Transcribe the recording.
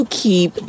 keep